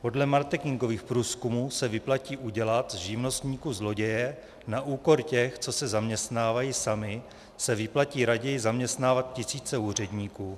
Podle marketingových průzkumů se vyplatí udělat z živnostníků zloděje, na úkor těch, co se zaměstnávají sami, se vyplatí raději zaměstnávat tisíce úředníků.